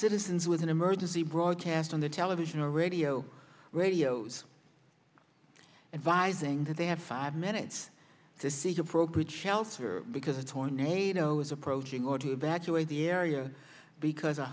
citizens with an emergency broadcast the television or radio radios and vising that they have five minutes to seek appropriate shelter because a tornado is approaching or to evacuate the area because a